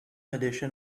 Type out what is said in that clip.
edition